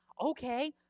okay